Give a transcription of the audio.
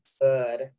good